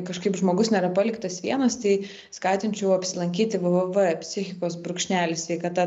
kažkaip žmogus nėra paliktas vienas tai skatinčiau apsilankyti vvv psichikos brūkšnelis sveikata